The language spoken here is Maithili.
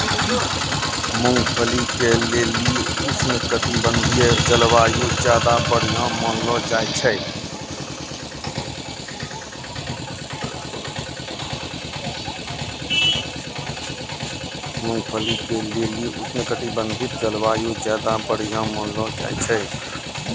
मूंगफली के लेली उष्णकटिबंधिय जलवायु ज्यादा बढ़िया मानलो जाय छै